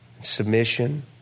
submission